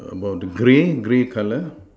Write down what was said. about the grey grey color